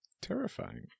Terrifying